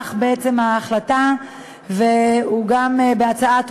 תמך בעצם ההחלטה גם בהצבעה טרומית,